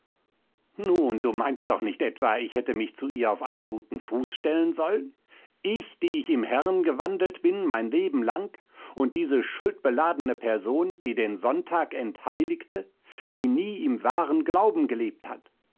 nun du meinst doch nicht etwa ich hätte mich zu ihr auf einen guten fuß stellen sollen ich die ich im herrn gewandelt bin mein lebenlang und diese schuldbeladene person die den sonntag entheiligte die nie im wahren glauben gelebt hat